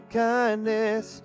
kindness